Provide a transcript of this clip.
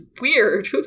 weird